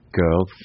girl